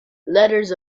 letters